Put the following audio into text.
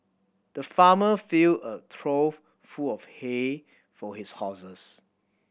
the farmer filled a trough full of hay for his horses